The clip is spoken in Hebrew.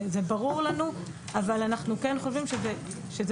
זה ברור לנו אבל אנחנו כן חושבים שזה